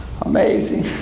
amazing